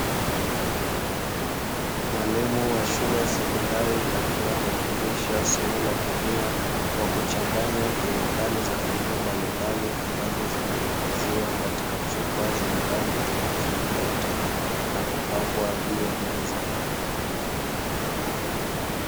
Mwalimu wa shule ya sekondari, akiwa anafundisha somo la kemia, kwa kuchanganya kemikali za aina mbalimbali ambazo zimehifadhiwa katika chupa zenye rangi tofautitofauti na kupangwa juu ya meza.